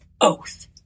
oath